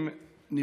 אתה לא.